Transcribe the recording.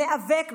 ניאבק,